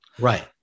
right